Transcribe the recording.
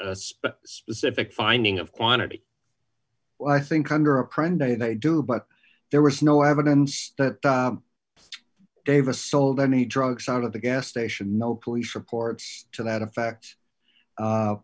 a specific finding of quantity well i think under a prime day they do but there was no evidence that davis sold any drugs out of the gas station no police reports to that effect